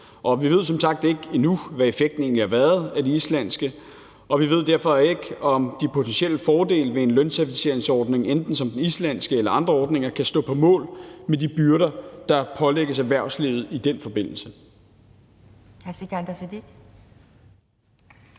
Vi ved som sagt ikke endnu, hvad effekten egentlig har været af det islandske, og vi ved derfor ikke, om de potentielle fordele ved en løncertificeringsordning enten som den islandske eller andre ordninger kan stå mål med de byrder, der pålægges erhvervslivet i den forbindelse.